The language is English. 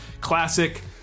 classic